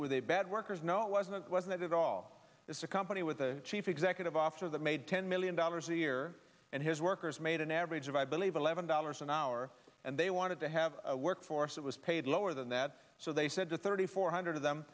a bad workers know it wasn't wasn't at all it's a company with a chief executive officer that made ten million dollars a year and his workers made an average of i believe eleven dollars an hour and they wanted to have a workforce that was paid lower than that so they said to thirty four hundred of them